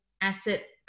asset